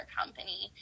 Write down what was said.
company